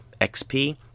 XP